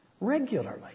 regularly